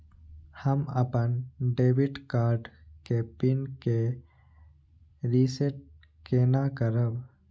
हम अपन debit card के पिन के रीसेट केना करब?